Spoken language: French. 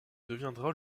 deviendra